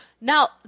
Now